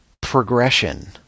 progression